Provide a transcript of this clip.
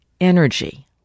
Energy